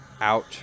out